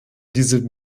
diese